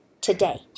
today